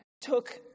took